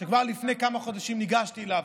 שכבר לפני כמה חודשים ניגשתי אליו,